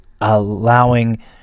allowing